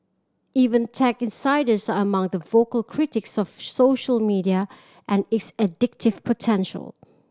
even tech insiders are among the vocal critics of social media and its addictive potential